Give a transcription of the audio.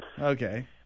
Okay